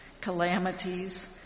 calamities